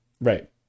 Right